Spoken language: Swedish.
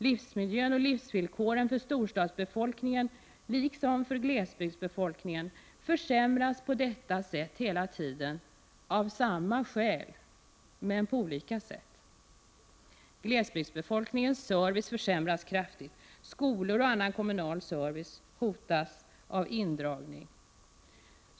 Livsmiljön och livsvillkoren för storstadsbefolkningen försämras på detta sätt hela tiden. Det gör också situationen för glesbygdsbefolkningen av samma skäl, men på olika sätt. Glesbygdsbefolkningens service försämras kraftigt. Skolor och annan kommunal service hotas av indragning.